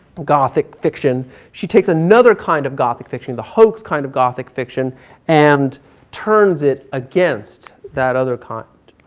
gothic fiction. she takes another kind of gothic fiction, the hoax kind of gothic fiction and turns it against that other kind.